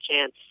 chance